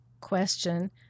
question